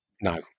No